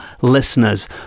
listeners